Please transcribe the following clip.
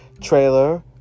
trailer